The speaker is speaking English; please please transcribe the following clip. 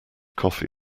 coffee